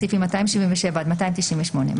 - סעיפים 277 עד 298,